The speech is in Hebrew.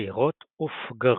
פירות ופגרים.